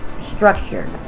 structured